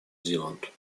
zealand